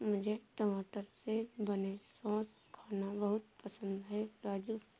मुझे टमाटर से बने सॉस खाना बहुत पसंद है राजू